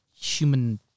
human